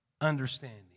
understanding